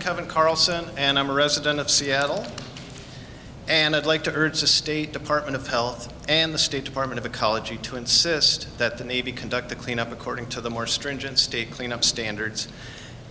covered carlson and i'm a resident of seattle and i'd like to urge the state department of health and the state department of ecology to insist that the navy conduct the cleanup according to the more stringent state cleanup standards